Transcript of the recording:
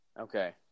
Okay